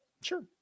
Sure